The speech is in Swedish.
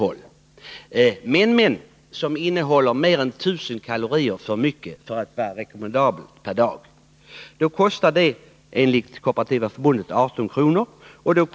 Denna triangel innehåller mer än 1000 kalorier för mycket per dag för att vara rekommendabel. Enligt Kooperativa förbundet kostar det 18 kr.